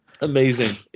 amazing